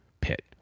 pit